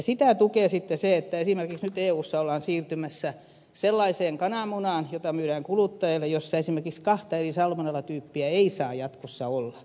sitä tukee sitten se että esimerkiksi nyt eussa ollaan siirtymässä sellaiseen kananmunaan jota myydään kuluttajalle jossa esimerkiksi kahta eri salmonellatyyppiä ei saa jatkossa olla